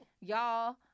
Y'all